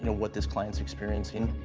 you know what this client's experiencing.